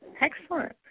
Excellent